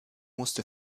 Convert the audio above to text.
musste